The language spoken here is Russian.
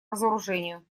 разоружению